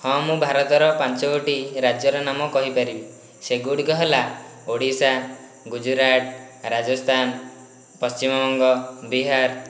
ହଁ ମୁଁ ଭାରତର ପାଞ୍ଚଗୋଟି ରାଜ୍ୟର ନାମ କହିପାରିବି ସେଗୁଡ଼ିକ ହେଲା ଓଡ଼ିଶା ଗୁଜୁରାଟ ରାଜସ୍ଥାନ ପଶ୍ଚିମବଙ୍ଗ ବିହାର